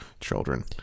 children